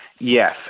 Yes